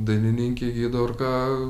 dainininkė giedorka